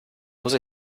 muss